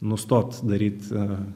nustot daryt